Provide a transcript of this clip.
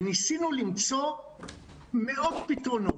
ניסינו למצוא מאות פתרונות,